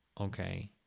Okay